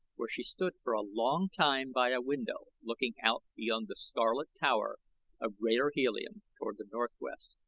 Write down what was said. where she stood for a long time by a window looking out beyond the scarlet tower of greater helium toward the northwest.